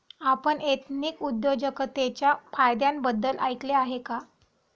आपण एथनिक उद्योजकतेच्या फायद्यांबद्दल ऐकले आहे का?